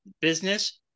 business